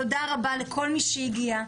תודה רבה לכל מי שהגיע.